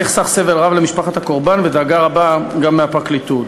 נחסכים סבל רב ממשפחת הקורבן ודאגה רבה גם מהפרקליטות.